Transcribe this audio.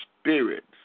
spirits